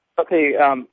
Okay